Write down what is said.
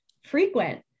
frequent